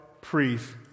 priest